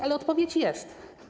Ale odpowiedź jest.